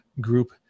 group